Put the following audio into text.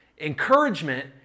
Encouragement